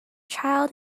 child